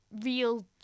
real